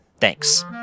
Thanks